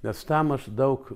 nes tam aš daug